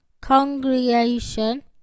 congregation